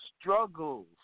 struggles